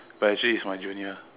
but actually it's my junior